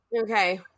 Okay